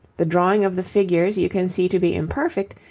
the drawing of the figures you can see to be imperfect,